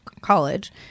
college